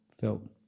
felt